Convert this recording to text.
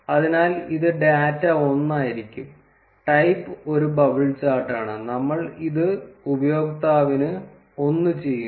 അതിനാൽ ഇത് ഡാറ്റ ഒന്നായിരിക്കും ടൈപ്പ് ഒരു ബബിൾ ചാർട്ടാണ് നമ്മൾ ഇത് ഉപയോക്താവിന് 1 ചെയ്യുന്നു